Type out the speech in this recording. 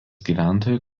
gyventojų